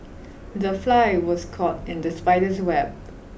the fly was caught in the spider's web